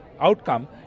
outcome